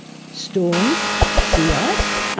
storms, sea ice,